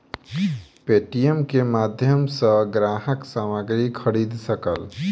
Paytm के माध्यम सॅ ग्राहक सामग्री खरीद सकल